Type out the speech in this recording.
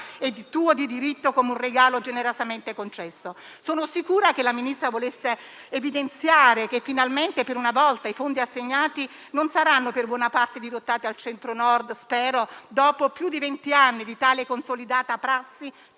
di diritto come un regalo generosamente concesso. Sono sicura che la Ministra volesse evidenziare che finalmente, per una volta, i Fondi assegnati non saranno per buona parte dirottati al Centro Nord - spero - dopo più di venti anni di tale consolidata prassi,